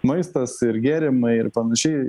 maistas ir gėrimai ir panašiai